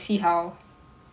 mm